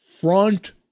front